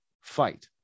fight